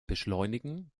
beschleunigen